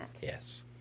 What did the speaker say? Yes